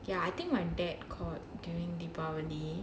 ya I think my dad caught during deepavali